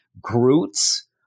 Groot's